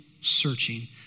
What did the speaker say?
searching